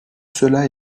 cela